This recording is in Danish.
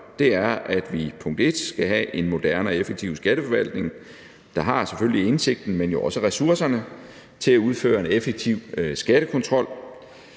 er, at vi for det første skal have en moderne og effektiv skatteforvaltning, der selvfølgelig har indsigten, men også ressourcerne til at udføre en effektiv skattekontrol.